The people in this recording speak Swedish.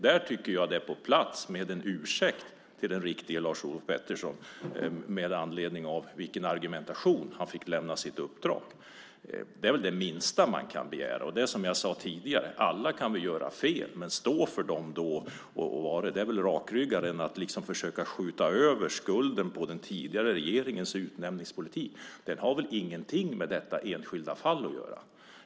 Jag tycker att det är på sin plats med en ursäkt till den riktige Lars-Olof Pettersson med anledning av argumentationen för att han fick lämna sitt uppdrag. Det är det minsta man kan begära. Som jag sade tidigare kan vi alla göra fel, men det är mer rakryggat att stå för dem än att försöka skjuta över skulden på den tidigare regeringens utnämningspolitik. Den har väl ingenting med detta enskilda fall att göra.